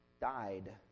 died